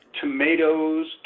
tomatoes